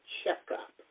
checkup